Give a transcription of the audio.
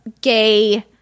gay